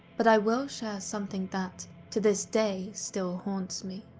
but i will share something that, to this day, still haunts me.